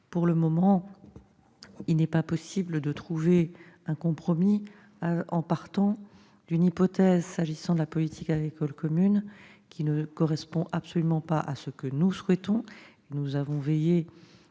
pour le moment, il n'est pas possible de trouver un compromis en partant d'une hypothèse relative à la politique agricole commune qui ne correspond absolument pas à ce que nous souhaitons. Nous avons veillé